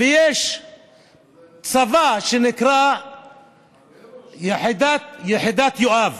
ויש צבא שנקרא יחידת יואב.